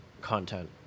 content